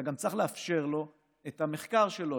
אתה גם צריך לאפשר לו את המחקר שלו,